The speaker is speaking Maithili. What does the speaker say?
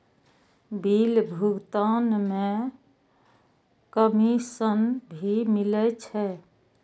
बिल भुगतान में कमिशन भी मिले छै?